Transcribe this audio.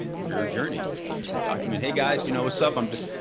your journey document, hey guys, you know, what's up, i'm just,